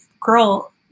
girl